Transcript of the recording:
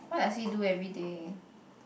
what does he do everyday